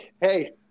Hey